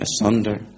asunder